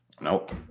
nope